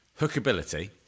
Hookability